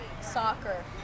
Soccer